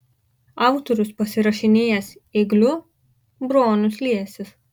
autorius pasirašinėjęs ėgliu bronius liesis